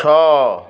ଛଅ